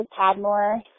Padmore